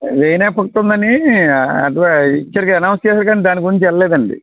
rain effect ఉందని అడ్వా ఇచ్చారు కదా అనౌన్స్ చేశారు కదండి దాని గురించి వెళ్ళలేదండి